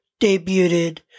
debuted